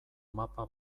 mapa